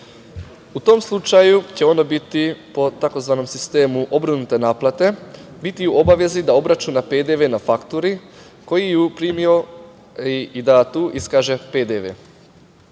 U tom slučaju će ono biti po tzv. sistemu obrnute naplate, biti u obvezi da obračuna PDV na fakturi, koju je primio i da tu iskaže